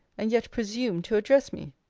and yet presume to address me?